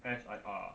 S_I_R